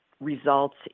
results